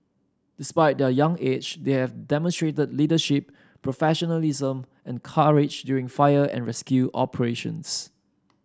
despite their young age they have demonstrated leadership professionalism and courage during fire and rescue operations